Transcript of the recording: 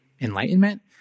enlightenment